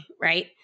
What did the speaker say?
right